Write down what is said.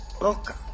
Look